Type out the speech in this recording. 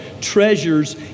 treasures